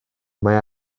mae